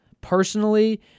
Personally